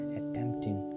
attempting